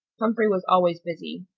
humphrey was always busy.